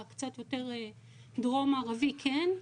הקצת יותר דרום-מערבי כן.